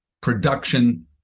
production